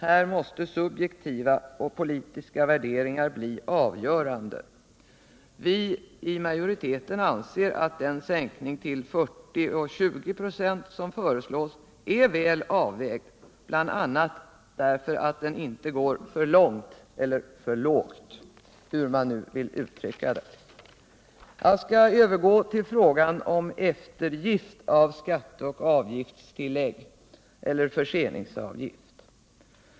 Här måste subjektiva och politiska värderingar bli avgörande. Majoriteten anser att den sänkning till 40 och 20 26 som föreslås är väl avvägd, bl.a. därför att den inte går för långt celler för lågt, hur man nu vill uttrycka det. Jag skall sedan övergå till frågan om eftergift av skatte och avgiltstillägg eller förseningsavgiht.